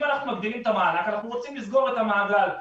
אם אנחנו מגדילים את המענק אנחנו רוצים לסגור את המעגל,